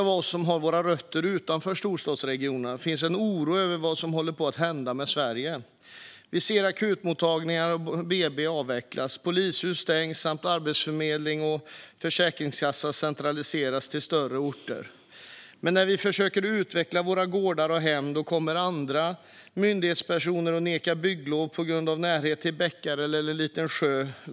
Hos oss som har våra rötter utanför storstadsregionerna finns en oro över vad som håller på att hända med Sverige. Vi ser akutmottagningar och BB avvecklas, hur polishus stängs och hur arbetsförmedling och försäkringskassa centraliseras till större orter. Men när vi försöker att utveckla våra gårdar och hem kommer andra myndighetspersoner och nekar bygglov på grund av närhet till bäckar eller till en liten sjö.